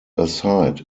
aside